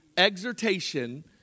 Exhortation